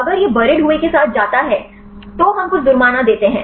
अगर यह बुरीद हुए के साथ जाता है तो हम कुछ जुर्माना देते हैं